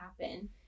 happen